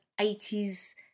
80s